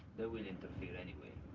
that will interfere anyway.